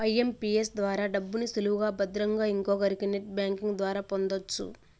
IMPS ద్వారా డబ్బుని సులువుగా భద్రంగా ఇంకొకరికి నెట్ బ్యాంకింగ్ ద్వారా పొందొచ్చు